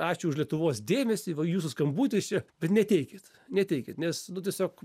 ačiū už lietuvos dėmesį va jūsų skambutis čia bet neateikit neateikit nes nu tiesiog